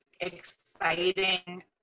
exciting